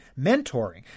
mentoring